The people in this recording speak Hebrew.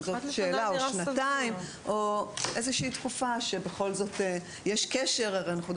זאת שאלה אם שנה או שנתיים או איזושהי תקופה שבכל זאת יש קשר ביניהן.